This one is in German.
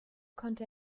konnte